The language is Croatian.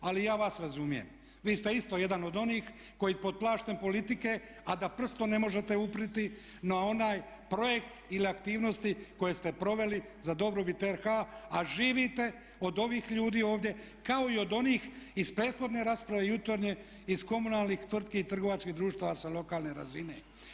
Ali ja vas razumijem, vi ste isto jedan od onih koji pod plaštem politike a da prstom ne možete uprijeti na onaj projekt ili aktivnosti koje ste proveli za dobrobit RH a živite od ovih ljudi ovdje kao i od onih iz prethodne rasprave jutarnje iz komunalnih tvrtki i trgovačkih društava sa lokalne razine.